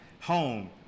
home